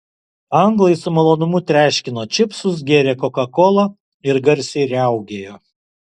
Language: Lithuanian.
anglai su malonumu treškino čipsus gėrė kokakolą ir garsiai riaugėjo